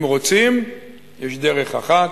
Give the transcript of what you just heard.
אם רוצים יש דרך אחת,